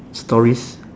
stories